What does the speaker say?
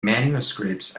manuscripts